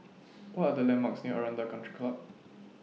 What Are The landmarks near Aranda Country Club